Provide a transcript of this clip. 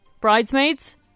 Bridesmaids